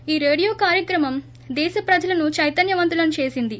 ఈ రేడియో కార్యక్రమం దేశ ప్రజలను చైతన్న వంతులను చేసింది